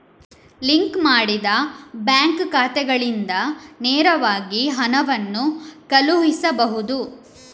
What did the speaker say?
link ಮಾಡಿದ bank ಖಾತೆಗಳಿಂದ ನೇರವಾಗಿ ಹಣವನ್ನು ಕಳುಹಿಸಬಹುದು